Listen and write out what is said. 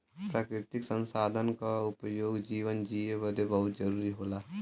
प्राकृतिक संसाधन क उपयोग जीवन जिए बदे बहुत जरुरी होला